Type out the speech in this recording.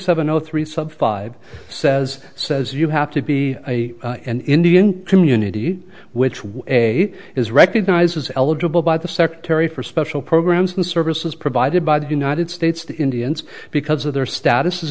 seven zero three sub five says says you have to be an indian community which was a is recognized was eligible by the secretary for special programs and services provided by the united states the indians because of their status as